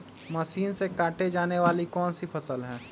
Machine से काटे जाने वाली कौन सी फसल है?